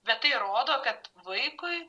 bet tai rodo kad vaikui